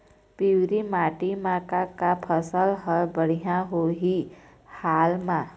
पिवरी माटी म का का फसल हर बढ़िया होही हाल मा?